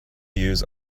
use